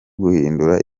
guhindura